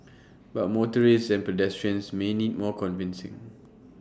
but motorists and pedestrians may need more convincing